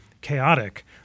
chaotic